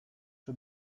czy